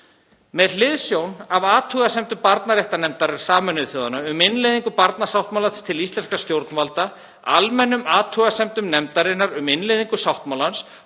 Með hliðsjón af athugasemdum barnaréttarnefndar Sameinuðu þjóðanna um innleiðingu barnasáttmálans til íslenskra stjórnvalda, almennum athugasemdum nefndarinnar um innleiðingu sáttmálans